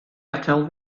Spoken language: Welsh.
atal